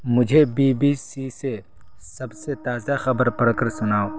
مجھے B B C سے سب سے تازہ خبر پرھ کر سناؤ